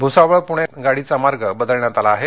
भुसावळ पूणे गाडीचा मार्ग बदलण्यात आला आहे